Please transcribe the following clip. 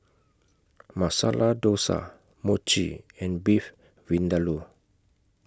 Masala Dosa Mochi and Beef Vindaloo